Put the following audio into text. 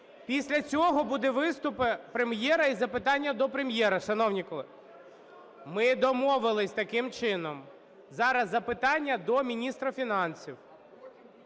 після цього буде виступ Прем'єра і запитання до Прем'єра. Шановні колеги, ми домовились таким чином, зараз запитання до міністра фінансів,